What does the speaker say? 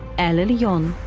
el elyon,